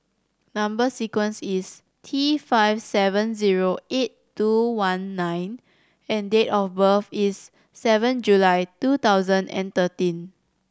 number sequence is T five seven zero eight two one nine and date of birth is seven July two thousand and thirteen